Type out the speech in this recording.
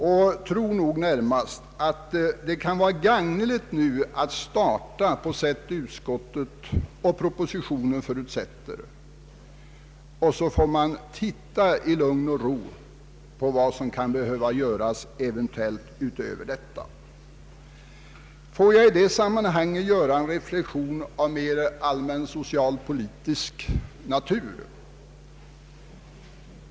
Vi menar att det kan vara gagneligt att starta på det sätt som propositionen och utskottet förutsätter. Sedan får vi i lugn och ro se efter vad som utöver detta kan behöva göras. Får jag i detta sammanhang göra en reflexion av mera allmänt socialpolitisk natur.